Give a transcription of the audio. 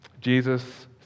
Jesus